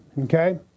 Okay